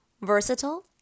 versatile